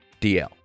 DL